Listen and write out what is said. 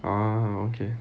ah okay